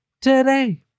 today